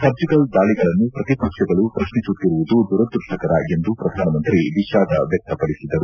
surgical ದಾಳಿಗಳನ್ನು ಪ್ರತಿಪಕ್ಷಗಳು ಪ್ರತ್ನಿಸುತ್ತಿರುವುದು ದುರದೃಷ್ಟಕರ ಎಂದು ಪ್ರಧಾನಮಂತ್ರಿ ವಿಷಾದ ವ್ಯಕ್ಷಪಡಿಸಿದರು